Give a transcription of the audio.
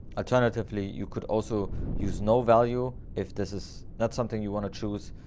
alternatively, you could also use no value. if this is not something you want to choose,